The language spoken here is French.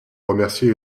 remercier